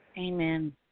Amen